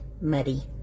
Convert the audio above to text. Muddy